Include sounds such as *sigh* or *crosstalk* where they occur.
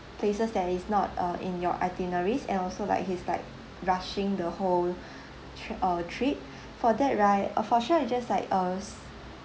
places that is not uh in your itineraries and also like he's like rushing the whole *breath* tr~ uh trip for that right uh for sure I'll just like uh s~